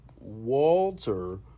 Walter